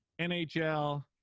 NHL